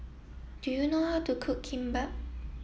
do you know how to cook Kimbap